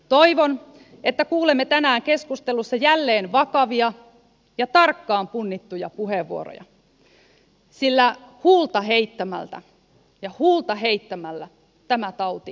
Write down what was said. toivon että kuulemme tänään keskustelussa jälleen vakavia ja tarkkaan punnittuja puheenvuoroja sillä huulta heittämällä tämä tauti